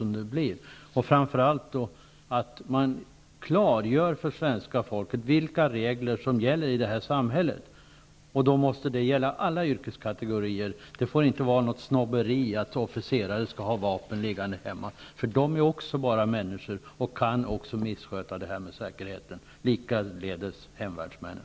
Man måste framför allt klargöra för svenska folket vilka regler som gäller i det här samhället. De måste gälla alla yrkeskategorier. Det får inte vara något snobberi att officerare skall ha vapen liggande hemma. De är också bara människor och kan också missköta säkerheten. Detsamma gäller för hemvärnsmännen.